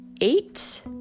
eight